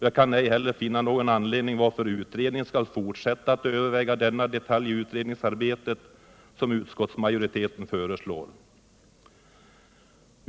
Jag kan cj heller finna någon anledning till att utredningen skall fortsätta att överväga denna detalj i utredningsarbetet, som utskottsmajoriteten föreslår.